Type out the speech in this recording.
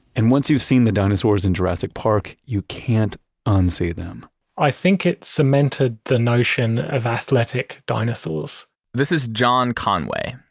and once you've seen the dinosaurs in jurassic park, you can't unsee them i think it cemented the notion of athletic dinosaurs this is john conway.